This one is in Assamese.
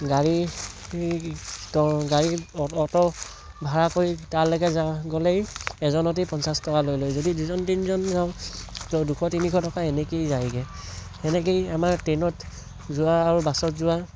গাড়ী গাড়ী অ'ট ভাড়া কৰি তাৰলৈকে গ'লেই এজনতেই পঞ্চাছ টকা লৈ লয় যদি দুজন তিনিজন যাওঁ তহ দুশ তিনিশ টকা এনেকৈয়ে যায়গৈ এনেকৈয়ে যায়গৈ এনেকৈয়ে আমাৰ ট্ৰেইনত যোৱা আৰু বাছত যোৱা